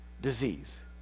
disease